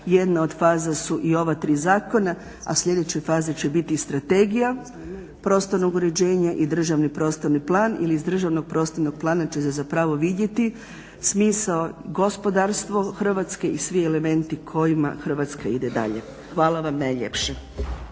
jedna od faza su i ova tri zakona, a sljedeće faze će biti i Strategija prostornog uređenja i Državni prostorni plan. Iz Državnog prostornog plana će se zapravo vidjeti smisao gospodarstva Hrvatske i svi elementi kojima Hrvatska ide dalje. Hvala vam najljepša.